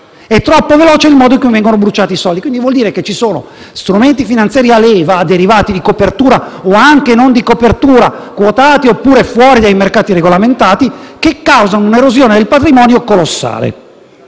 È troppo rapido il modo in cui vengono bruciati i soldi: vuol dire che ci sono strumenti finanziari a leva, derivati di copertura o non di copertura, quotati oppure fuori dai mercati regolamentati, che causano un'erosione del patrimonio colossale.